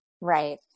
Right